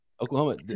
Oklahoma